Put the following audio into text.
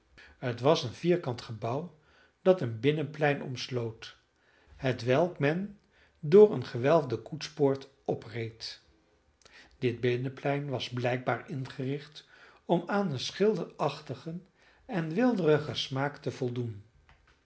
het was een vierkant gebouw dat een binnenplein omsloot hetwelk men door eene gewelfde koetspoort opreed dit binnenplein was blijkbaar ingericht om aan een schilderachtigen en weelderigen smaak te voldoen